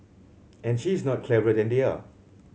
and she is not cleverer than they are